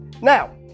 Now